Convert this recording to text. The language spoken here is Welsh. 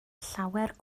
llawer